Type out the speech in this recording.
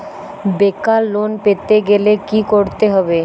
বেকার লোন পেতে গেলে কি করতে হবে?